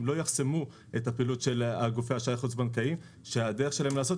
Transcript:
לא יחסמו את הפעילות של גופי האשראי החוץ בנקאיים שהדרך שלהם לעשות